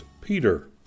Peter